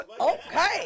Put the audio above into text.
Okay